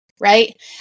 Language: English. right